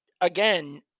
again